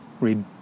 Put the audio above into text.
read